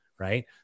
Right